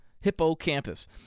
Hippocampus